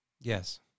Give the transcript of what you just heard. Yes